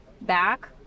back